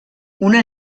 una